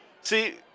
See